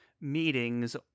meetings